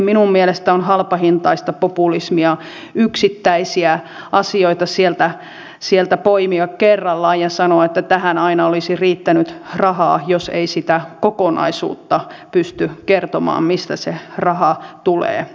minun mielestäni on halpahintaista populismia yksittäisiä asioita sieltä poimia kerrallaan ja sanoa että tähän aina olisi riittänyt rahaa jos ei sitä kokonaisuutta pysty kertomaan mistä se raha tulee